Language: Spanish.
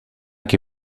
que